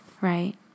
right